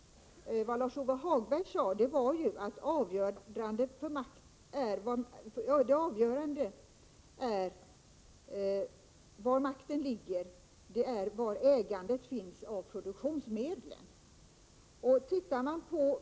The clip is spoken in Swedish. Vad Lars-Ove Hagberg sade var ju att det avgörande är var makten ligger, var ägandet av produktionsmedlen finns.